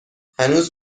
هنوز